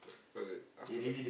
o~ okay after that